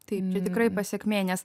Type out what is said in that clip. taip čia tikrai pasekmė nes